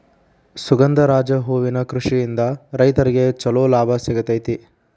ಸುಗಂಧರಾಜ ಹೂವಿನ ಕೃಷಿಯಿಂದ ರೈತ್ರಗೆ ಚಂಲೋ ಲಾಭ ಸಿಗತೈತಿ